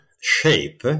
shape